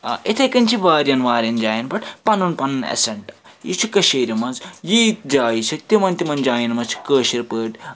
آ یتھٔے کٔنۍ چھِ واریاہن واریاہن جاین پٮ۪ٹھ پَنُن پَنُن ایٚسیٚنٹ یہِ چھُ کٔشیٖرِ منٛز ییتۍ جایہِ چھِ تِمَن تِمَن جاین منٛز چھِ کٲشِر پٲٹھۍ